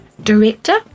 Director